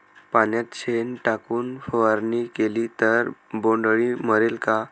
पाण्यात शेण टाकून फवारणी केली तर बोंडअळी मरेल का?